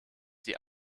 sie